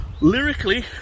lyrically